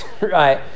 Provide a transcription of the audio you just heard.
Right